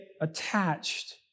attached